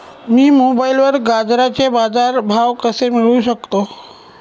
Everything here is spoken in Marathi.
मी मोबाईलवर गाजराचे बाजार भाव कसे मिळवू शकतो?